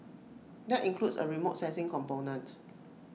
that includes A remote sensing component